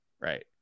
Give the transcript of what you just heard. right